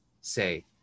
say